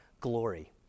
glory